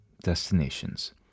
destinations